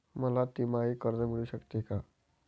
मला तिमाही कर्ज मिळू शकते का?